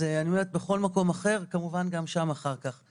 אז אני אומרת, בכל מקום אחר, כמובן גם שם אחר כך.